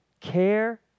care